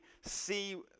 see